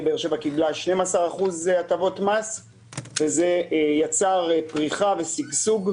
באר שבע קיבלה 12% הטבות מס וזה יצר פריחה ושגשוג,